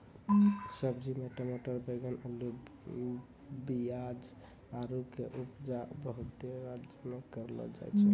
सब्जी मे टमाटर बैगन अल्लू पियाज आरु के उपजा बहुते राज्य मे करलो जाय छै